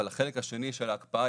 אבל החלק השני של ההקפאה,